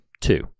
two